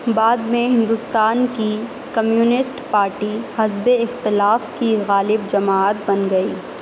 بعد میں ہندوستان کی کمیونسٹ پارٹی حزب اختلاف کی غالب جماعت بن گئی